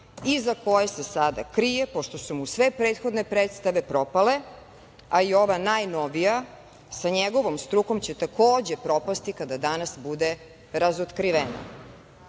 iza koje se sada krije, pošto su mu sve prethodne predstave propale, a i ova najnovija sa njegovom strukom će takođe propasti kada danas bude razotkrivena. Svima